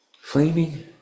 Flaming